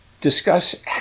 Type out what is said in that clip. discuss